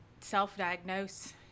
self-diagnose